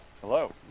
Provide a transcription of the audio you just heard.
Hello